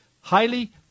highly